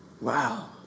Wow